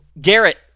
Garrett